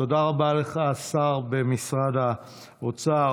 תודה רבה לך, השר במשרד האוצר.